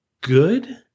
good